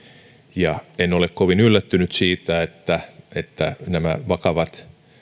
ja en ole kovin yllättynyt siitä että että nämä vakavat